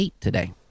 today